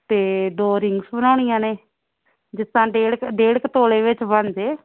ਅਤੇ ਦੋ ਰਿੰਗਸ ਬਣਾਉਣੀਆਂ ਨੇ ਜਿਸ ਤਰ੍ਹਾਂ ਡੇਢ ਕੁ ਡੇਢ ਕੁ ਤੋਲੇ ਵਿੱਚ ਬਣ ਜੇ